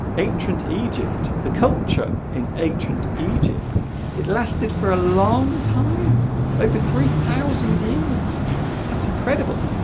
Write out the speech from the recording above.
ancient egypt the culture in ancient egypt it lasted for a long time over three thousand years that's incredible